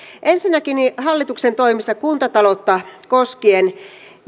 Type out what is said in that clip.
ensinnäkin hallituksen toimista kuntataloutta koskien